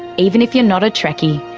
even if you're not a trekky,